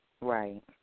Right